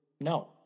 No